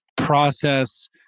Process